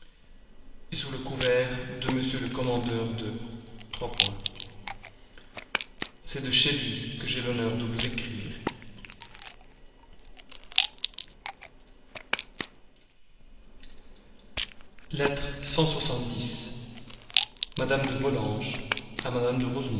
p sous le couvert de m le commandeur de c'est de chez lui que j'ai l'honneur de vous écrire madame de